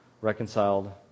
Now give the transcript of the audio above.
reconciled